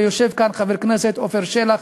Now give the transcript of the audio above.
ויושב כאן חבר הכנסת עפר שלח,